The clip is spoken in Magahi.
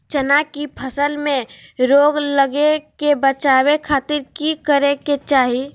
चना की फसल में रोग लगे से बचावे खातिर की करे के चाही?